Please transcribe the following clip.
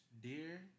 Dear